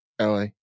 LA